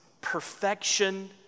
perfection